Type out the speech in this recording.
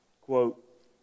quote